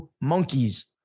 monkeys